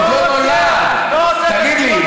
עוד לא נולד, לא רוצה את